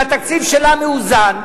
שהתקציב שלה מאוזן,